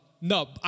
No